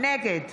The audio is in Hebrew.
נגד